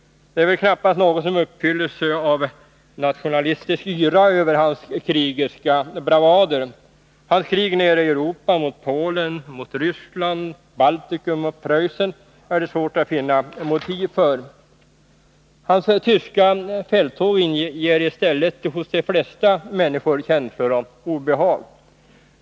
Det är väl knappast någon som och Sveriges flaguppfylls av nationalistisk yra över hans krigiska bravader. Hans krig nerei ga Europa mot Polen, Ryssland, Baltikum och Preussen är det svårt att finna motiv för. Hans tyska fälttåg inger i stället hos de flesta människor känslor av obehag.